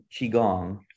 qigong